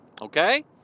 Okay